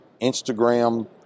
Instagram